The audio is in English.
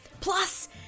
Plus